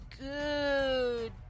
good